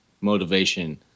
motivation